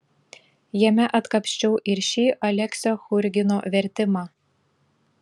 jame atkapsčiau ir šį aleksio churgino vertimą